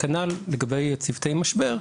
וכנ"ל לגבי צוותי משבר.